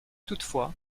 toutefois